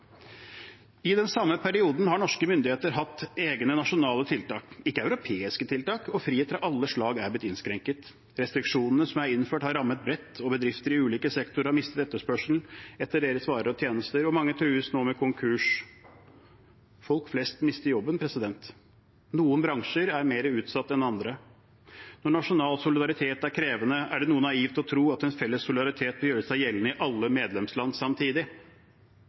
I den samme perioden har norske myndigheter hatt egne nasjonale tiltak, ikke europeiske tiltak, og friheter av alle slag er blitt innskrenket. Restriksjonene som er innført, har rammet bredt. Bedrifter i ulike sektorer har mistet etterspørselen etter sine varer og tjenester, og mange trues nå med konkurs. Folk flest mister jobben. Noen bransjer er mer utsatt enn andre. Når nasjonal solidaritet er krevende, er det noe naivt å tro at en felles solidaritet vil gjøre seg gjeldende i alle medlemsland samtidig.